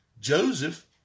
Joseph